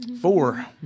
Four